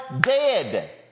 dead